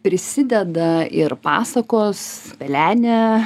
prisideda ir pasakos pelenė